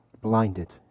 blinded